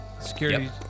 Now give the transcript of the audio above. security